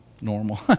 Normal